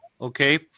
okay